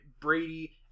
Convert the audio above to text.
Brady